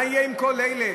מה יהיה עם כל אלה?